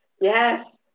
Yes